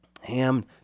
Ham